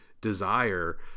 desire